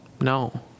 No